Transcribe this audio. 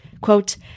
Quote